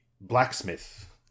blacksmith